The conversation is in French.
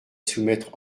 soumettre